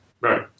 Right